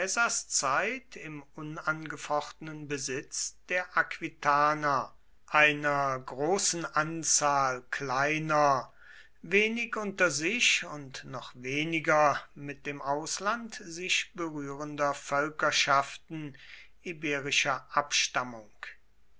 zeit im unangefochtenen besitz der aquitaner einer großen anzahl kleiner wenig unter sich und noch weniger mit dem ausland sich berührender völkerschaften iberischer abstammung